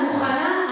אני מוכנה,